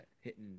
hitting